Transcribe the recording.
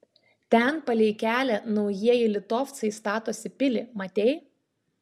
ten palei kelią naujieji litovcai statosi pilį matei